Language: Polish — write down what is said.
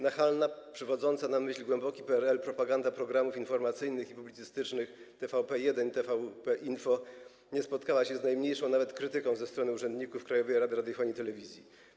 Nachalna, przywodząca na myśl głęboki PRL, propaganda programów informacyjnych i publicystycznych TVP1 i TVP Info nie spotkała się z najmniejszą nawet krytyką ze strony urzędników Krajowej Rady Radiofonii i Telewizji.